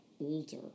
older